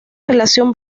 relación